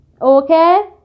okay